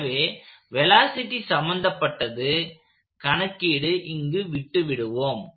எனவே வெலாசிட்டி சம்பந்தப்பட்டது கணக்கீடு இங்கு விட்டு விட்டோம்